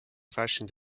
fashion